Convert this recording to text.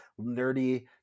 nerdy